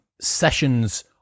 sessions